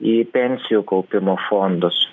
į pensijų kaupimo fondus